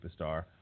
Superstar